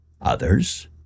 Others